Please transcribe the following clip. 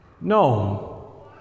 No